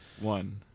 One